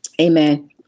Amen